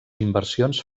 inversions